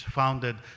founded